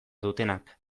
dutenak